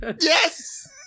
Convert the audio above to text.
Yes